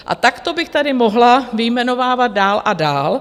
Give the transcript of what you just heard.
A takto bych tady mohla vyjmenovávat dál a dál.